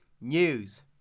News